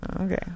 Okay